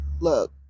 Look